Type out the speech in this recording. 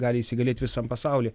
gali įsigalėti visam pasauly